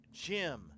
Jim